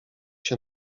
się